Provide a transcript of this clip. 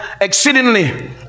exceedingly